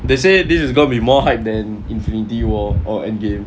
they say this is gonna be more hype than infinity war or endgame